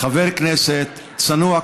חבר כנסת צנוע כמוני,